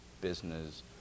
business